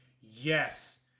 yes